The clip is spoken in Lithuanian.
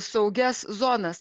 saugias zonas